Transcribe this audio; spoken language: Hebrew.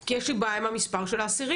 כי יש לי בעיה עם המספר של האסירים.